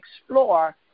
explore